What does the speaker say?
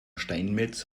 steinmetz